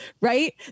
right